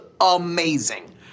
amazing